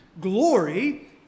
glory